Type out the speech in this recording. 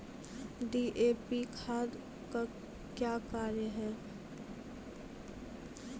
DAP खाद का क्या कार्य हैं?